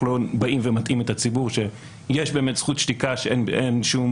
באים ומטעים את הציבור שיש באמת זכות שתיקה שאין שום